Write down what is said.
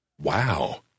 Wow